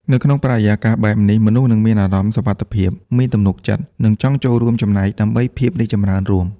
នៅក្នុងបរិយាកាសបែបនេះ មនុស្សនឹងមានអារម្មណ៍សុវត្ថិភាព មានទំនុកចិត្ត និងចង់ចូលរួមចំណែកដើម្បីភាពរីកចម្រើនរួម។